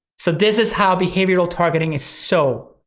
so this is how behavioral targeting is so,